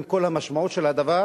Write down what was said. עם כל המשמעות של הדבר,